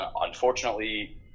unfortunately